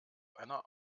einer